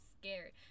scared